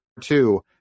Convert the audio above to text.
two